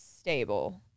Stable